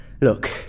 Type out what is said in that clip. Look